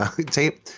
tape